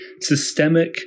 systemic